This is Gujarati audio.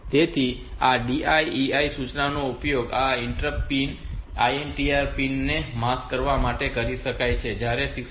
તેથી આ DI EI સૂચનાઓનો ઉપયોગ આ ઇન્ટરપ્ટ પિન INTR પિનને માસ્ક કરવા માટે કરી શકાય છે જ્યારે 6